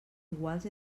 iguals